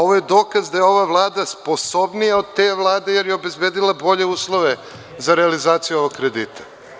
Ovo je dokaz da je ova Vlada sposobnija od te Vlade, jer je obezbedila bolje uslove za realizaciju ovog kredita.